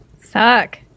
Suck